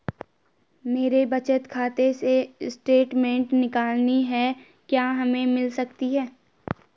मेरे बचत खाते से स्टेटमेंट निकालनी है क्या हमें मिल सकती है?